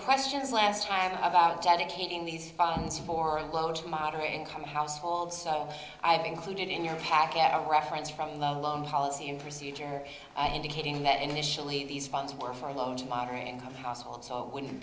questions last time about dedicating these funds for low to moderate income households so i have included in your pack at a reference from the loan policy and procedure indicating that initially these funds were for low to moderate income households so it wouldn't